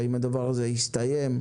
האם הדבר הזה הסתיים,